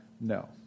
No